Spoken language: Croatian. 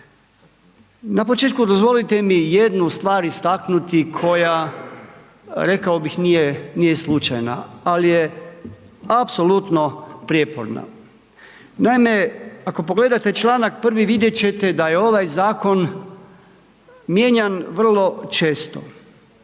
Na početku dozvolite mi jednu stvar istaknuti, koja, rekao bih nije slučajna, ali je apsolutno prijeporna. Naime, ako pogledate članak 1. vidjeti ćete da je ovaj zakon, mijenjan vrlo često.